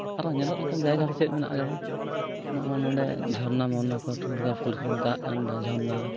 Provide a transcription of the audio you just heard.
ᱟᱨᱚ ᱧᱮᱞᱚᱜ ᱞᱮᱠᱟᱱ ᱡᱟᱭᱜᱟ ᱫᱚ ᱪᱮᱫ ᱢᱮᱱᱟᱜ ᱠᱟᱫᱟ ᱱᱚᱜᱼᱚᱭ ᱱᱚᱸᱰᱮ ᱡᱷᱚᱨᱱᱟ ᱯᱷᱚᱨᱱᱟ ᱠᱚ ᱴᱷᱩᱲᱜᱟ ᱯᱷᱚᱞ ᱠᱚ ᱢᱮᱛᱟᱜ ᱠᱟᱱᱫᱚ ᱡᱷᱚᱨᱱᱟ